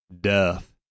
death